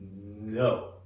No